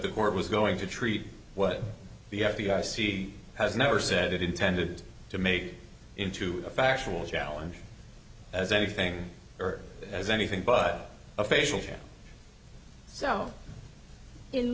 the court was going to treat what the f b i c has never said it intended to make into a factual challenge as anything or as anything but a facial hair so